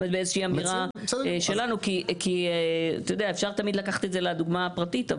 כי תמיד אפשר לקחת את זה לדוגמה הפרטית,